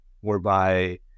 whereby